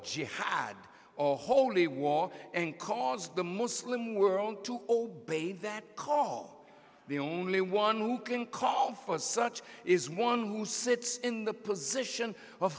jihad or holy war and cause the muslim world to obey that call the only one who can call for such is one who sits in the position of